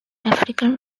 african